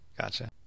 Gotcha